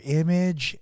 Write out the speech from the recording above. image